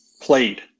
played